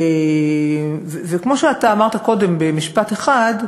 כמו שאמרת קודם במשפט אחד,